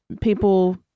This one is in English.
People